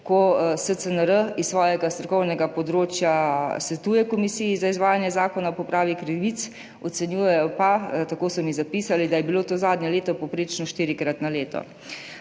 ko SCNR s svojega strokovnega področja svetuje Komisiji za izvajanje Zakona o popravi krivic, ocenjujejo pa, tako so mi zapisali, da je bilo to zadnja leta povprečno štirikrat na leto.